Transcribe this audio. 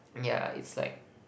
ya it's like